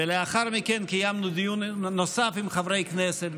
ולאחר מכן קיימנו דיון נוסף עם חברי כנסת.